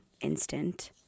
instant